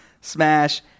smash